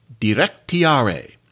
directiare